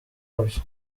wabyo